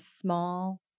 small